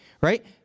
right